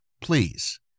Please